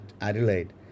Adelaide